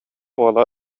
уола